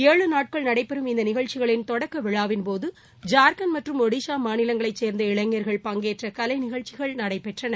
ஏழு நாட்கள் நடைபெறும் இந்த நிகழ்ச்சிகளின் தொடக்க விழாவின்போது ஜார்கண்ட் மற்றும் ஒடிசா மாநிலங்களைச் சேர்ந்த இளைஞர்கள் பங்கேற்ற கலைநிகழ்ச்சிகள் நடைபெற்றன